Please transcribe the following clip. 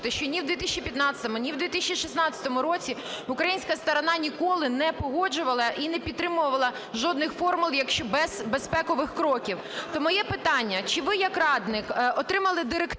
що ні в 2015-му, ні в 2016 році українська сторона ніколи не погоджувала і не підтримувала жодних формул без безпекових кроків. То моє питання: чи ви як радник отримали директиви